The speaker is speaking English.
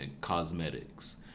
cosmetics